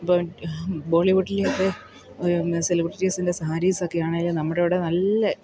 ബോളിവുഡ്ഡിലെയൊക്കെ പിന്നെ സെലിബ്രിറ്റീസിൻ്റെ സാരീസൊക്കെയാണെങ്കിലും നമ്മുടെ അവിടെ നല്ല